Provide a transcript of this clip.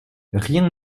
rien